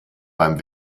beim